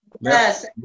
Yes